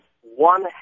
one